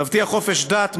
תבטיח חופש דת,